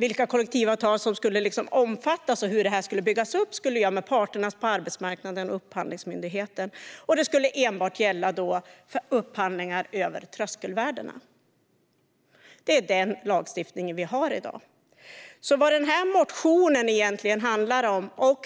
Vilka kollektivavtal som skulle omfattas och hur detta skulle byggas upp skulle göras upp av parterna på arbetsmarknaden och Upphandlingsmyndigheten, och det skulle enbart gälla för upphandlingar över tröskelvärdena. Det är den lagstiftningen vi har i dag, så vad den här motionen och